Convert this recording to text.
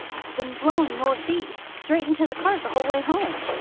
it's been blowing north-east, straight into the cart, the whole way home.